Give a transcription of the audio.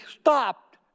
stopped